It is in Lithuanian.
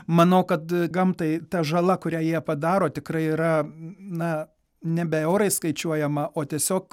manau kad gamtai ta žala kurią jie padaro tikrai yra na nebe eurais skaičiuojama o tiesiog